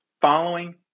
following